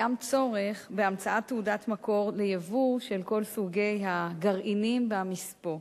יש צורך בהמצאת תעודת מקור לייבוא של כל סוגי הגרעינים והמספוא.